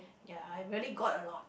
ya I really got a lot